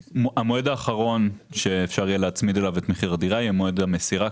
המועד האחרון שאפשר יהיה להצמיד אליו את מחיר הדירה יהיה מועד המסירה,